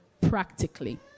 Practically